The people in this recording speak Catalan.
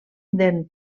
d’en